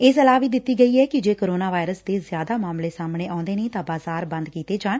ਇਹ ਸਲਾਹ ਵੀ ਦਿੱਤੀ ਗਈ ਐ ਕਿ ਜੇ ਕੋਰੋਨਾ ਵਾਇਰਸ ਦੇ ਜ਼ਿਆਦਾ ਮਾਮਲੇ ਸਾਹਮਣੇ ਆਉਂਦੇ ਨੇ ਤਾਂ ਬਾਜ਼ਾਰ ਬੰਦ ਕੀਤੇ ਜਾਣ